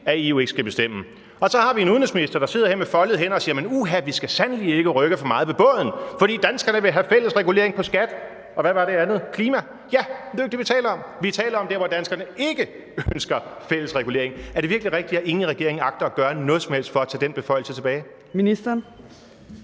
at EU ikke skal bestemme. Og så har vi en udenrigsminister, der sidder her med foldede hænder og siger: Uha, vi skal sandelig ikke rokke for meget med båden, for danskerne vil have fælles regulering, når det gælder skat og klima. Det er jo ikke det, vi taler om. Vi taler om der, hvor danskerne ikke ønsker fælles regulering. Er det virkelig rigtigt, at ingen i regeringen agter at gøre noget som helst for at tage den beføjelse tilbage?